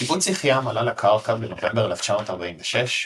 קיבוץ יחיעם עלה לקרקע בנובמבר 1946,